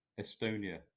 Estonia